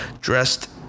dressed